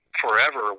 forever